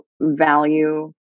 value